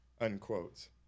unquote